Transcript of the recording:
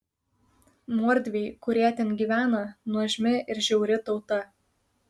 mordviai kurie ten gyvena nuožmi ir žiauri tauta